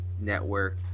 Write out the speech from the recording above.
Network